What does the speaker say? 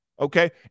okay